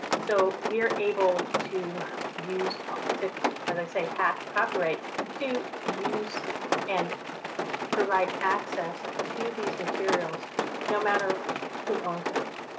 so we're able to use to to as i say hack copyright to use and provide access to these materials no matter who owns it.